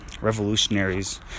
revolutionaries